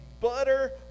butter